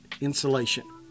insulation